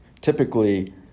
typically